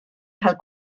cael